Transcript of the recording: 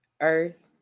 earth